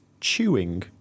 Chewing